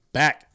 back